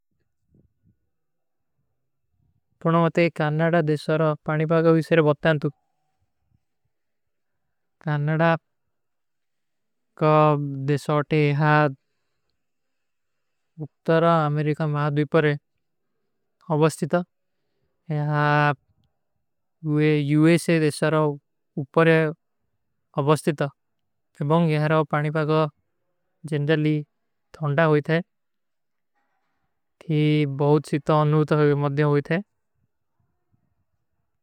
ପଣଵାତେ, କାନାଡା ଦେଶାର ପାଣିପା କା ଵିଶେର ବତ୍ତା ହୈଂତୁ। କାନାଡା କା ଦେଶାର ତେ ଯହାଁ ଉତ୍ତରା ଅମେରିକା ମହାଦ୍ଵିପରେ ଅବସ୍ତିତା। ଯହାଁ ଵେ ଯୂଏସେ ଦେଶାରାଓ ଉପରେ ଅବସ୍ତିତା। ଏବଂଗ ଯହାଁ ପାଣିପା କା ଜେଂଜରଲୀ ଧନ୍ଡା ହୋଈ ଥୈ। ଯହାଁ ବହୁତ ଚୀତା ଅନୂତର ମଦ୍ଦିଯୋଂ ହୋଈ ଥୈ।